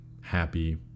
Happy